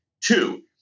Two